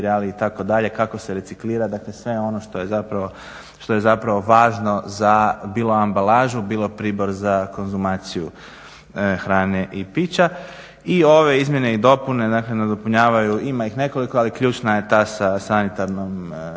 itd., kako se reciklira, dakle sve ono što je zapravo važno za bilo ambalažu, bilo pribor za konzumaciju hrane i pića i ove izmjene i dopune, dakle nadopunjavaju, ima ih nekoliko, ali ključna je ta sanitarnom